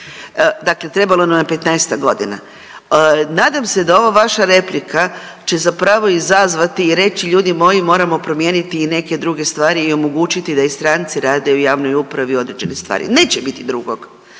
dakle trebalo nam je 15-tak godina. Nadam se da ova vaša replika će zapravo izazvati i reći ljudi moji moramo promijeniti i neke druge stvari i omogućiti da i stranci rade u javnoj upravi određene stvari, neće biti drugog.